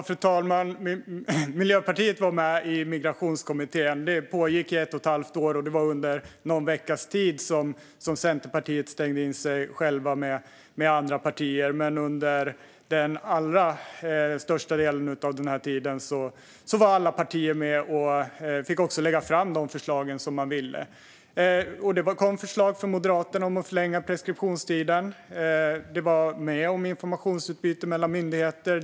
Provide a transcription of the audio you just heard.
Fru talman! Miljöpartiet var med i Migrationskommittén. Arbetet pågick i ett och ett halvt år, och det var under någon veckas tid som Centerpartiet stängde in sig med andra partier. Under den allra största delen av tiden var alla partier med och fick också lägga fram de förslag de ville. Det kom förslag från Moderaterna om att förlänga preskriptionstiden. Det fanns förslag om informationsutbyte mellan myndigheter.